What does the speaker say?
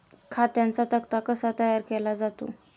खात्यांचा तक्ता कसा तयार केला जातो?